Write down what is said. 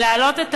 ולהעלות את